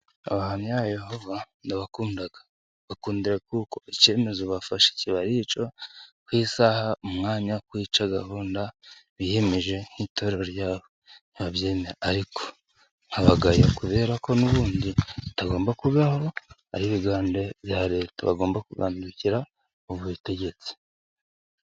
Abahamya bayehova ndabakunda mbakundira ko icyemezo bafashe ikiba arico ku isaha, umwanya kwica, gahunda biyemeje nk'itorero ryabo ndabyemera ariko ndabagaya kubera ko n'ubundi tagomba kubaho ari gahunda ya reta bagomba kugandukira ubu butegetsi.